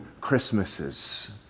Christmases